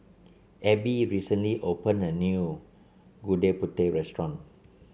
Ebbie recently open a new Gudeg Putih restaurant